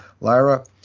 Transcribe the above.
Lyra